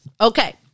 Okay